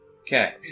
Okay